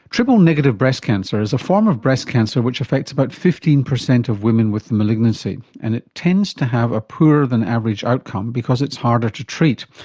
triple negative breast cancer is a form of breast cancer which affects about fifteen percent of women with the malignancy, and it tends to have a poorer than average outcome because it's harder to treat.